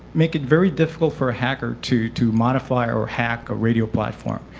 make it very difficult for a hacker to to modify or hack a radio platform.